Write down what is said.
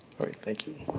all right, thank you.